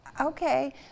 Okay